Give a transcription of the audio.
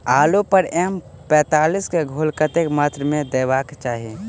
आलु पर एम पैंतालीस केँ घोल कतेक मात्रा मे देबाक चाहि?